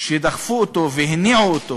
שדחפו אותו והניעו אותו